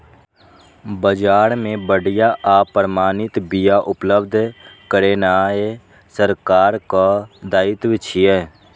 बाजार मे बढ़िया आ प्रमाणित बिया उपलब्ध करेनाय सरकारक दायित्व छियै